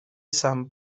san